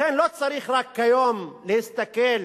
לכן לא צריך רק כיום להסתכל